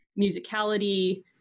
musicality